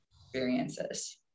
experiences